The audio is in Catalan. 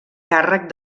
càrrec